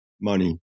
money